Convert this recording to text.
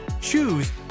choose